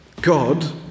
God